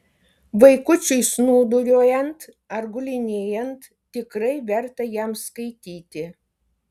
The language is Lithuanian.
vaikučiui snūduriuojant ar gulinėjant tikrai verta jam skaityti